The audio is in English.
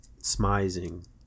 smizing